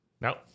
No